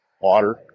water